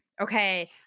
okay